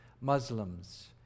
Muslims